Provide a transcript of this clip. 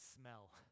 smell